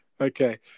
Okay